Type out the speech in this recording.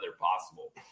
possible